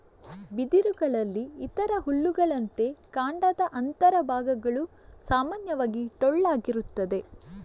ಬಿದಿರುಗಳಲ್ಲಿ ಇತರ ಹುಲ್ಲುಗಳಂತೆ ಕಾಂಡದ ಅಂತರ ಭಾಗಗಳು ಸಾಮಾನ್ಯವಾಗಿ ಟೊಳ್ಳಾಗಿರುತ್ತದೆ